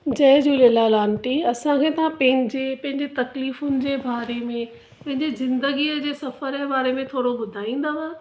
जय Jhulelal aunty असांखे तव्हां पंहिंजे पंहिंजे तकलीफ़ुनि जे बारे में पंहिंजे ज़िंदगी जे सफ़र जे बारे में थोरो ॿुधाईंदव